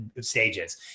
stages